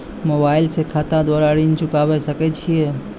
Mobile से खाता द्वारा ऋण चुकाबै सकय छियै?